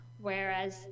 Whereas